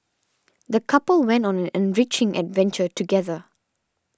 the couple went on an enriching adventure together